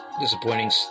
disappointing